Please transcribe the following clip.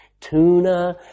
tuna